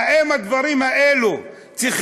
האם הדברים האלה, צריך